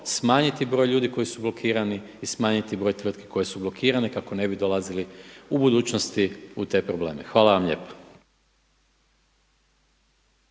smanjiti broj ljudi koji su blokirani i smanjiti broj tvrtki koje su blokirane kako ne bi dolazili u budućnosti u te probleme. Hvala vam lijepa.